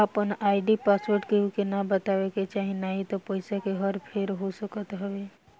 आपन ID password केहू के ना बतावे के चाही नाही त पईसा के हर फेर हो सकत हवे